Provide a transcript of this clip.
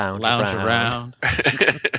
Lounge-around